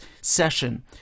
session